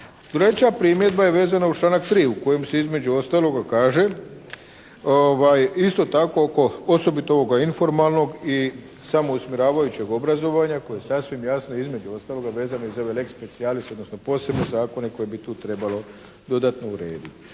Treća primjedba je vezana uz članak 3. u kojem se između ostaloga kaže isto tako, osobito ovoga informalnog i samousmjeravajućeg obrazovanja koje je sasvim jasno između ostaloga vezano i za ovaj lex specialis odnosno posebne zakone koje bi tu trebalo dodatno urediti.